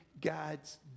God's